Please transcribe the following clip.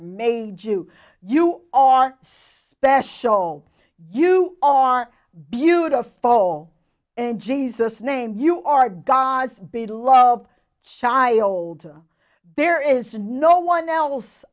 made you you are special you are beautiful oh and jesus name you are god's big love shy older there is no one else